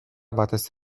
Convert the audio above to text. batez